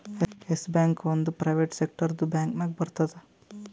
S Bank ಒಂದ್ private ಸೆಕ್ಟರ್ದು bank ನಾಗ್ ಬರ್ತುದ್